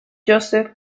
joseph